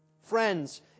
friends